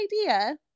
idea